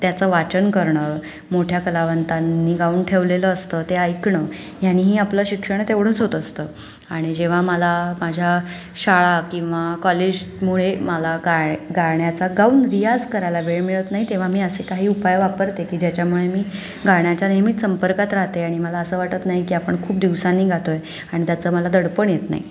त्याचं वाचन करणं मोठ्या कलावंतांनी गाऊन ठेवलेलं असतं ते ऐकणं यानेही आपलं शिक्षण तेवढंच होत असतं आणि जेव्हा मला माझ्या शाळा किंवा कॉलेजमुळे मला गाय गाण्याचा गाऊन रियाज करायला वेळ मिळत नाही तेव्हा मी असे काही उपाय वापरते की ज्याच्यामुळे मी गाण्याच्या नेहमीच संपर्कात राहते आणि मला असं वाटत नाही की आपण खूप दिवसांनी गातो आहे आणि त्याचं मला दडपण येत नाही